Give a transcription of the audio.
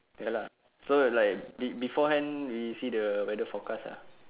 ya lah so like be beforehand we see the weather forecast ah